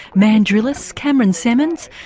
mandrillus, cameron semmons,